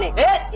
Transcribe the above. ah it?